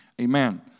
Amen